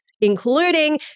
including